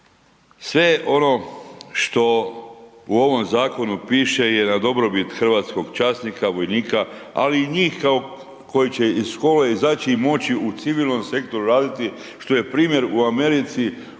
Sve ono što u ovom zakonu piše je na dobrobit hrvatskog časnika, vojnika, ali i njih koji će iz škole izaći i moći u civilnom sektoru raditi, što je primjer u Americi,